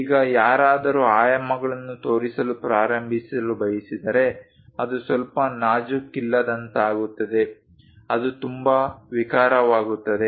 ಈಗ ಯಾರಾದರೂ ಆಯಾಮಗಳನ್ನು ತೋರಿಸಲು ಪ್ರಾರಂಭಿಸಲು ಬಯಸಿದರೆ ಅದು ಸ್ವಲ್ಪ ನಾಜೂಕಿಲ್ಲದಂತಾಗುತ್ತದೆ ಅದು ತುಂಬಾ ವಿಕಾರವಾಗುತ್ತದೆ